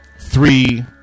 Three